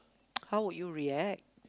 how would you react